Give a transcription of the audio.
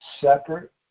separate